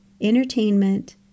entertainment